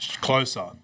closer